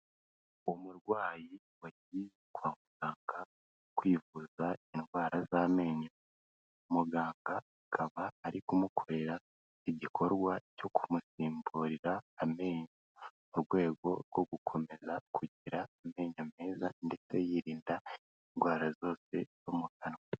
Umurwayi wagiye kwa muganga kwivuza indwara z'amenyo, muganga akaba ari kumukorera igikorwa cyo kumusimburira amenyo, mu rwego rwo gukomeza kugira amenyo meza ndetse yirinda indwara zose zo mu kanwa.